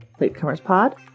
LatecomersPod